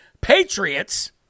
patriots